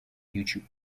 youtube